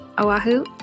Oahu